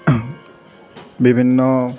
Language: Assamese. বিভিন্ন